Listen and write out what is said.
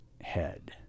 head